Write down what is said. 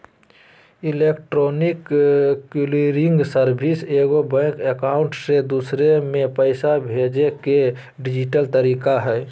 electronic clearing service एगो bank account से दूसर में पैसा भेजय के डिजिटल तरीका हइ